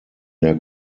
der